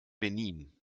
benin